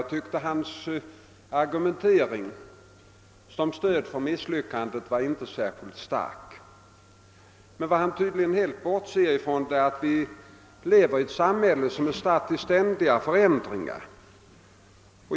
Jag tyckte inte den argumentering han anförde som stöd för sitt påstående var särskilt stark. Men vad han tydligen helt bortser ifrån är att vi lever i ett samhälle som är statt i ständiga förändringar.